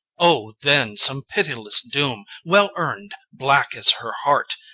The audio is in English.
o then some pitiless doom well-earned, black as her heart!